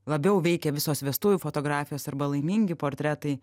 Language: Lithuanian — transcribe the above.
labiau veikia visos vestuvių fotografijos arba laimingi portretai